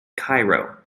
cairo